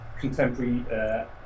contemporary